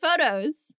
photos